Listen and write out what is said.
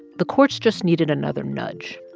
the courts just needed another nudge,